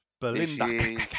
Belinda